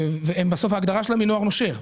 בסוף ההגדרה שלהם היא נוער נושר,